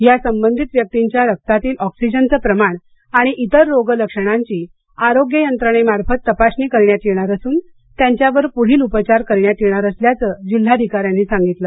या संबंधित व्यक्तींच्या रक्तातील ऑक्सिजनचं प्रमाण आणि त्तिर रोग लक्षणांची आरोग्य यंत्रणेमार्फत तपासणी करण्यात येणार असून त्यांच्यावर पुढील उपचार करण्यात येणार असल्याचं जिल्हाधिकारी यांनी सांगितलं